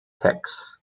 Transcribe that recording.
texts